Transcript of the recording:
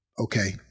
okay